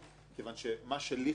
כי מה שלי חשוב,